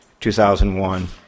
2001